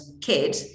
kid